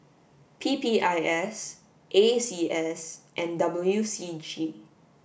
P P I S A C S and W C G